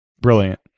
Brilliant